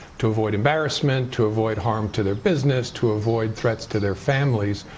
to avoid embarrassment, to avoid harm to their business, to avoid threats to their families,